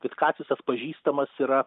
vitkacis atpažįstamas yra